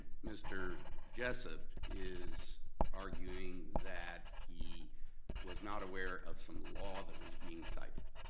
mr. jessup is arguing that he was not aware of some law that was being cited,